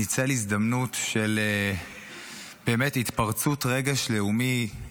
ניצל הזדמנות של באמת התפרצות רגש לאומי,